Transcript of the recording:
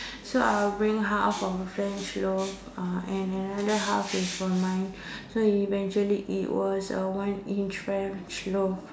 so I will bring half of a French loaf uh and another half is for mine so eventually it was a one inch French loaf